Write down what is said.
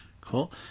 Cool